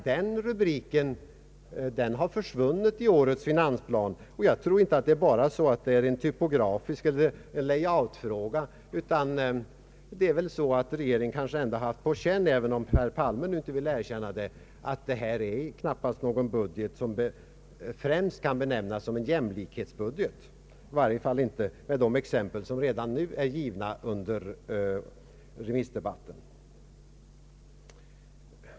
Den rubriken har försvunnit i årets finansplan och jag tror inte att detta bara är en typografisk fråga, utan regeringen har kanske haft på känn — även om herr Palme nu inte vill erkänna det — att detta knappast är en budget som främst kan betecknas som en jämlikhetsbudget, i varje fall inte mot bakgrunden av de exempel på motsatsen som redan givits under remissdebatten.